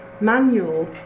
manual